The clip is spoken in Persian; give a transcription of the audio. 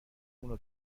مونو